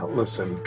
listen